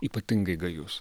ypatingai gajus